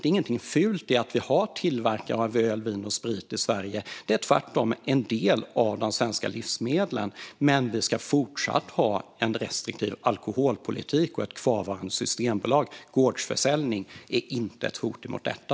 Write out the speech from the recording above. Det är inget fult att vi har tillverkare av öl, vin och sprit i Sverige, utan det är tvärtom en del av de svenska livsmedlen. Men vi ska fortsatt ha en restriktiv alkoholpolitik och ett kvarvarande Systembolaget. Gårdsförsäljning är inte ett hot mot detta.